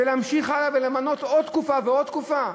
ולהמשיך הלאה ולא למנות עוד תקופה ועוד תקופה?